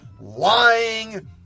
lying